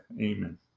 Amen